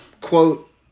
quote